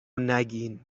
نگین